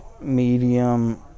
medium